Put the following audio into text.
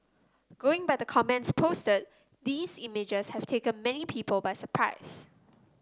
going by the comments posted these images have taken many people by surprise